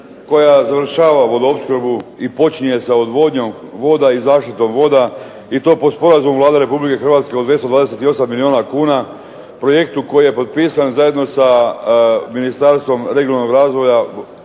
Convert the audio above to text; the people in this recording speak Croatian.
koja završava vodoopskrbu i počinje sa odvodnjom voda i zaštitom voda, i to po sporazumu Vlade Republike Hrvatske od 228 milijuna kuna, projektu koji je potpisan zajedno sa Ministarstvom regionalnog razvoja,